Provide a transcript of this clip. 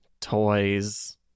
Toys